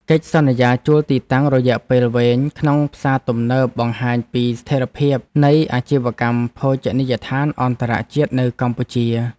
កិច្ចសន្យាជួលទីតាំងរយៈពេលវែងក្នុងផ្សារទំនើបបង្ហាញពីស្ថិរភាពនៃអាជីវកម្មភោជនីយដ្ឋានអន្តរជាតិនៅកម្ពុជា។